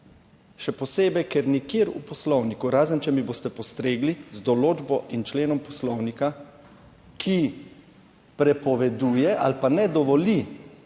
še posebej ker nikjer v Poslovniku, razen če mi boste postregli z določbo in členom Poslovnika, ki prepoveduje ali pa ne dovoli